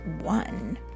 one